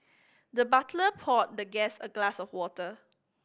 the butler poured the guest a glass of water